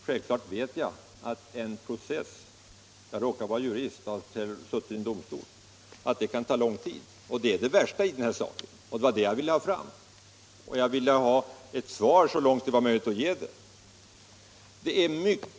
Självfallet vet jag — jag råkar vara jurist och har suttit i domstol — att en process kan ta lång tid. Det är det värsta i den här saken, och det var det jag ville ha fram. Jag ville också ha ett svar så långt det var möjligt att ge det om förhandlingsläget.